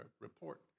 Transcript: report